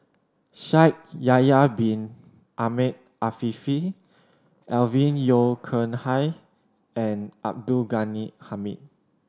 Shaikh Yahya Bin Ahmed Afifi Alvin Yeo Khirn Hai and Abdul Ghani Hamid